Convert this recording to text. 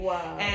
Wow